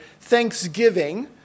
thanksgiving